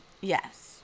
Yes